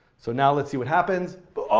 so now let's see what happens. but oh,